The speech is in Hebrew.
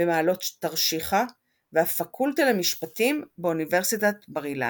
במעלות-תרשיחא והפקולטה למשפטים באוניברסיטת בר-אילן.